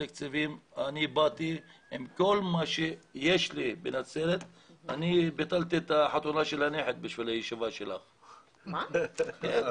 אני ביטלתי את החתונה של הנכד שלי כדי לבוא לישיבה כאן היום.